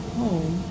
home